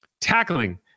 tackling